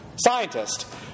Scientist